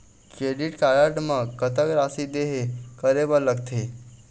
Credit card म कतक राशि देहे करे बर लगथे?